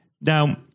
now